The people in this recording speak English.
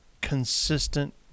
consistent